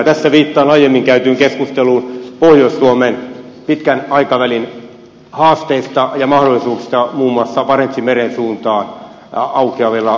tässä viittaan aiemmin käytyyn keskusteluun pohjois suomen pitkän aikavälin haasteista ja mahdollisuuksista muun muassa barentsin meren suuntaan aukeavilla rautatieliikenneyhteyksillä